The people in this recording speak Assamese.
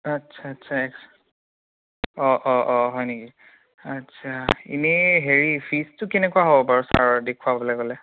আচ্ছা আচ্ছা অঁ অঁ অঁ হয় নেকি আচ্ছা এনে হেৰি ফিজটো কেনেকুৱা হ'ব বাৰু ছাৰৰ দেখুৱাব গ'লে